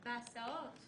בהסעות.